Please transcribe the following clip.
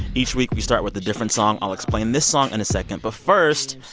each week, we start with a different song. i'll explain this song in a second. but first,